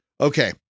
okay